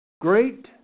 Great